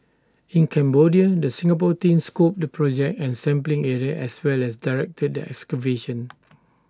in Cambodia the Singapore team scoped the project and sampling area as well as directed the excavation